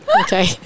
Okay